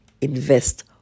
invest